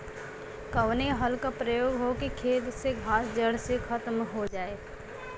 कवने हल क प्रयोग हो कि खेत से घास जड़ से खतम हो जाए?